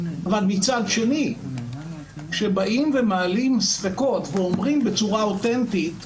אבל מצד שני כשמעלים ספקות אומרים בצורה אותנטית,